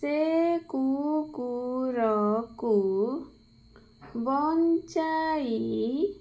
ସେ କୁକୁରକୁ ବଞ୍ଚାଇ